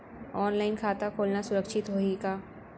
Online खाता खोलना सुरक्षित होही का?